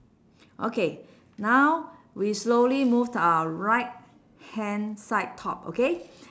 okay now we slowly move to our right hand side top okay